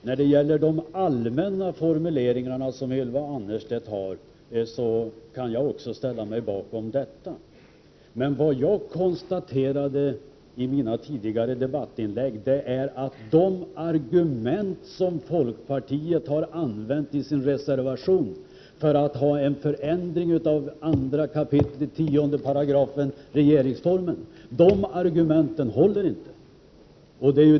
Herr talman! Också jag kan ställa mig bakom Ylva Annerstedts allmänna formuleringar. Jag konstaterade emellertid i mina tidigare debattinlägg att de argument som folkpartiet har anfört i sin reservation för att få till stånd en förändring av 2 kap. 10 § i regeringsformen inte håller.